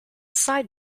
side